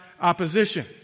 opposition